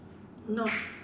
no